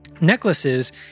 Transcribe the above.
necklaces